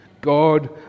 God